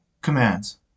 commands